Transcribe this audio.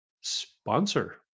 sponsor